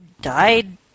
died